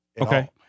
Okay